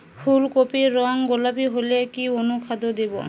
ফুল কপির রং গোলাপী হলে কি অনুখাদ্য দেবো?